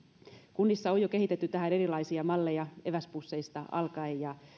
kunnissa on jo kehitetty tähän erilaisia malleja eväspusseista alkaen ja